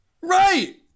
Right